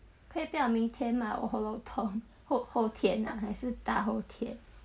可以不要明天吗我喉咙痛后后天还是大后天